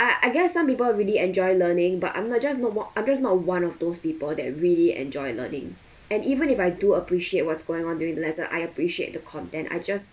I guess some people really enjoy learning but I'm not just not one I'm just not one of those people that really enjoy learning and even if I do appreciate what's going on during the lesson I appreciate the content I just